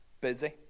busy